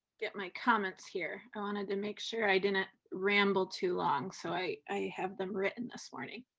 get my comments here. i wanted to make sure i didn't ramble too long so i i have them written this morning.